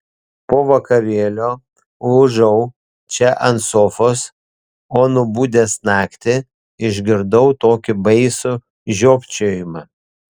po vakarėlio lūžau čia ant sofos o nubudęs naktį išgirdau tokį baisų žiopčiojimą